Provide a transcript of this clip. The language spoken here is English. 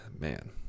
man